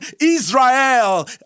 Israel